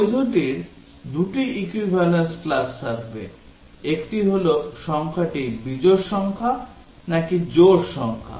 বৈধটির দুটি equivalence class থাকবে একটি হল সংখ্যাটি বিজোড় সংখ্যা নাকি জোড় সংখ্যা